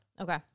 Okay